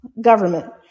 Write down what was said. government